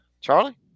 Charlie